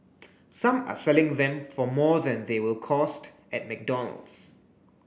some are selling them for more than they will cost at McDonald's